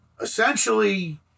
Essentially